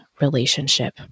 relationship